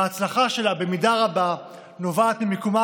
וההצלחה שלה במידה רבה נובעת ממיקומה